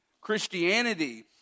Christianity